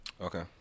Okay